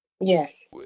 Yes